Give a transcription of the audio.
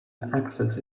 access